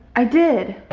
i did!